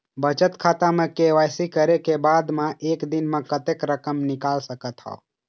बचत खाता म के.वाई.सी करे के बाद म एक दिन म कतेक रकम निकाल सकत हव?